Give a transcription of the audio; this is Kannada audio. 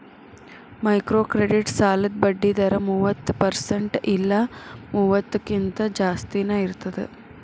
ಮೈಕ್ರೋಕ್ರೆಡಿಟ್ ಸಾಲದ್ ಬಡ್ಡಿ ದರ ಮೂವತ್ತ ಪರ್ಸೆಂಟ್ ಇಲ್ಲಾ ಮೂವತ್ತಕ್ಕಿಂತ ಜಾಸ್ತಿನಾ ಇರ್ತದ